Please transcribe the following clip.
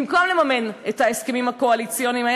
במקום לממן את ההסכמים הקואליציוניים היה